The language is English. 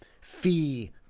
fee